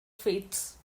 faiths